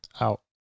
out